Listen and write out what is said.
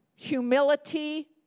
humility